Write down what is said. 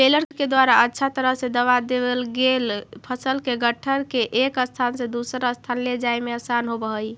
baler के द्वारा अच्छा तरह से दबा देवल गेल फसल के गट्ठर के एक स्थान से दूसर स्थान ले जाए में आसान होवऽ हई